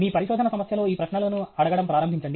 మీ పరిశోధన సమస్యలో ఈ ప్రశ్నలను అడగడం ప్రారంభించండి